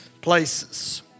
places